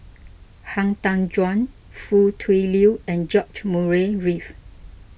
Han Tan Juan Foo Tui Liew and George Murray Reith